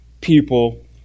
people